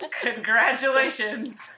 Congratulations